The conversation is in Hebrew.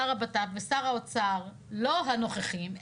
שר הבט"פ ושר האוצר לא הנוכחיים,